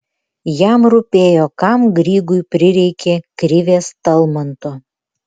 jam rūpėjo kam grygui prireikė krivės talmanto